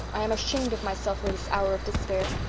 i am ashamed of myself for this hour of despair.